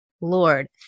Lord